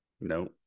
No